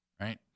right